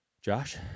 Josh